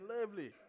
lovely